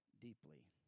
deeply